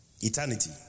Eternity